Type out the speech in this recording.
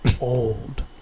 old